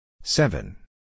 Seven